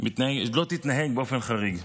לא תתנהג באופן חריג.